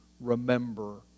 remember